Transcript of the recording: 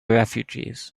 refugees